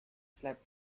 slept